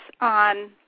on